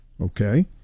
Okay